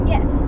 Yes